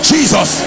Jesus